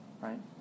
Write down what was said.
right